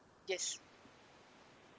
yes